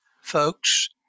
folks